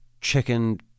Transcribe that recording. chicken